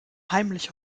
heimlich